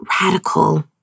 radical